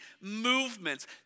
movements